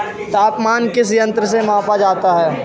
तापमान किस यंत्र से मापा जाता है?